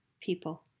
people